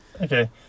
Okay